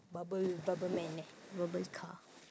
bubble bubble man eh bubble car